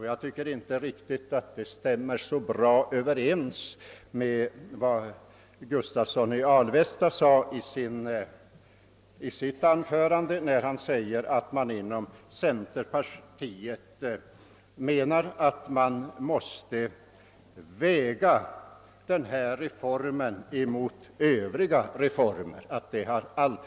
Jag tycker inte att det stämmer riktigt bra överens med vad herr Gustavsson i Alvesta sade i sitt anförande, nämligen att det alltid har varit centerpartiets ståndpunkt att man måste väga denna reform mot öv riga reformer.